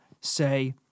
say